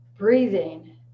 Breathing